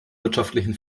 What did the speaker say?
wirtschaftlichen